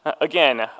again